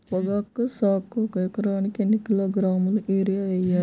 పొగాకు సాగుకు ఒక ఎకరానికి ఎన్ని కిలోగ్రాముల యూరియా వేయాలి?